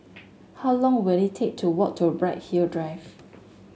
how long will it take to walk to Bright Hill Drive